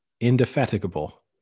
indefatigable